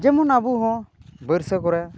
ᱡᱮᱢᱚᱱ ᱟᱵᱚ ᱦᱚᱸ ᱵᱟᱹᱨᱥᱟᱹ ᱠᱚᱨᱮ